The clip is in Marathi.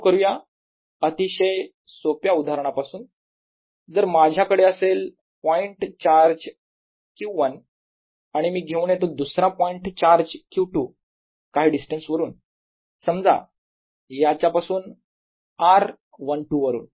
सुरू करूया अतिशय सोप्या उदाहरणा पासून जर माझ्याकडे असेल पॉईंट चार्ज Q1 आणि मी घेऊन येतो दुसरा पॉईंट चार्ज Q2 काही डिस्टन्स वरून समजा याच्यापासून r12 वरून